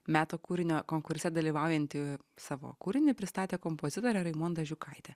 metų kūrinio konkurse dalyvaujantį savo kūrinį pristatė kompozitorė raimonda žiūkaitė